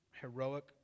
heroic